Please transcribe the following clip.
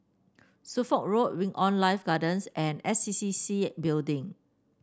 Suffolk Road Wing On Life Gardens and S C C C Building